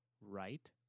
Right